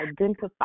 identify